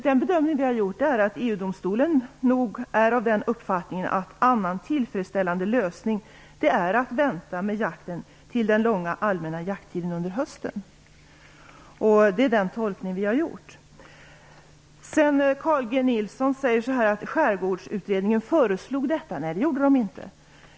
Den bedömning som vi har gjort är att EU domstolen nog är av den uppfattningen att annan tillfredsställande lösning är att vänta med jakten till den långa allmänna jakttiden under hösten. Det är den tolkning som vi har gjort. Carl G Nilsson säger att Skärgårdsutredningen föreslog detta. Det gjorde den inte.